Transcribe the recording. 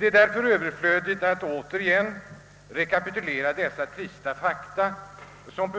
Det är därför överflödigt att jag nu rekapitulerar de trista fakta som